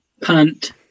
Punt